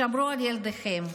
שמרו על ילדיכם.